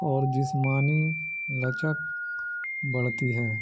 اور جسمانی لچک بڑھتی ہے